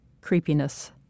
creepiness